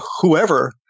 whoever